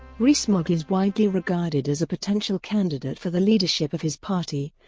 rees-mogg is widely regarded as a potential candidate for the leadership of his party,